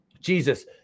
Jesus